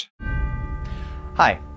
Hi